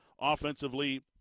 Offensively